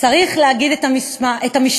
צריך להגיד את המשפט: